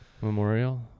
Memorial